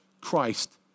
Christ